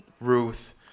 Ruth